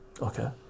Okay